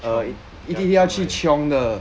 chiong 要 chiong 而已